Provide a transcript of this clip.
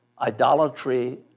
idolatry